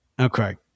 Okay